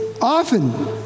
often